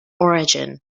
origin